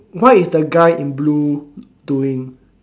what is the guy in blue doing